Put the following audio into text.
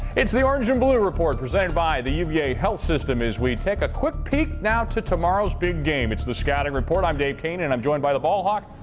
it's the orange and blue report, presented by the uva health system, as we take a quick peek now to tomorrow's big game. it's the scouting report. i'm dave koehn. and i'm joined by the ball hawk,